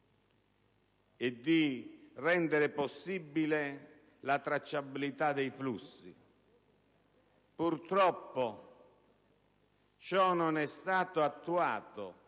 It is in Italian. e a rendere possibile la tracciabilità dei flussi, purtroppo non è stato attuato.